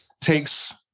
takes